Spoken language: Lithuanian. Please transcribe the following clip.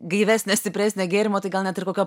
gaivesnio stipresnio gėrimo tai gal net ir kokio